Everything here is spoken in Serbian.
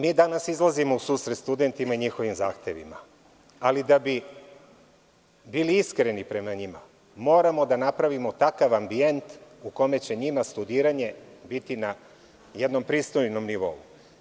Mi danas izlazimo u susret studentima i njihovim zahtevima, ali da bi bili iskreni prema njima, moramo da napravimo takav ambijent, u kome će njima studiranje biti na jednom pristojnom nivou.